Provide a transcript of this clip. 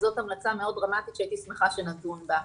וזאת המלצה מאוד דרמטית שהייתי שמחה שנדון בה.